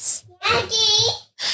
Daddy